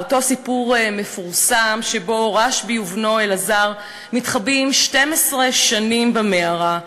אותו סיפור מפורסם שבו רשב"י ובנו אלעזר מתחבאים 12 שנים במערה,